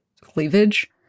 cleavage